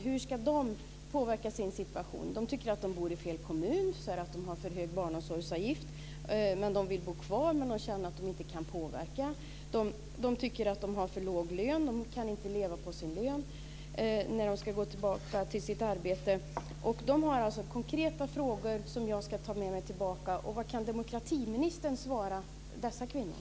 Hur ska dessa kvinnor kunna påverka sin situation? De tycker att de bor i fel kommun därför att de har för hög barnomsorgsavgift. De vill bo kvar, men de känner att de inte kan påverka situationen. De tycker att de har för låg lön. De kan inte leva på den när de ska gå tillbaka till sina arbeten. Dessa kvinnor har alltså konkreta frågor som de har skickat med mig. Vad kan demokratiministern svara dessa kvinnor?